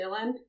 Dylan